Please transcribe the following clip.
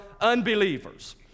unbelievers